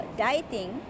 dieting